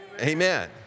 Amen